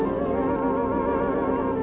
or